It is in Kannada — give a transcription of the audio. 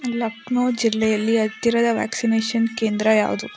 ಲಕ್ನೌ ಜಿಲ್ಲೆಯಲ್ಲಿ ಹತ್ತಿರದ ವ್ಯಾಕ್ಸಿನೇಶನ್ ಕೇಂದ್ರ ಯಾವುದು